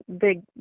big